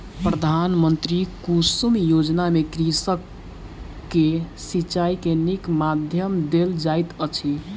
प्रधानमंत्री कुसुम योजना में कृषक के सिचाई के नीक माध्यम देल जाइत अछि